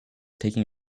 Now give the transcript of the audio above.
taking